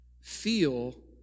feel